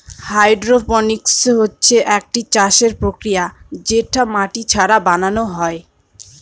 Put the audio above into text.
hydroponics হচ্ছে একটি চাষের প্রক্রিয়া যেটা মাটি ছাড়া বানানো হয়